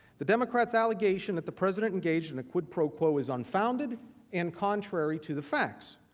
the democrats allegations that the president engaged in a quud pro quoa is unfounded and contrary to the facts.